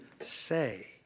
say